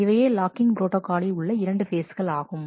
இவையே லாக்கிங் ப்ரோட்டா காலில் உள்ள இரண்டு ஃபேஸ்கள் ஆகும்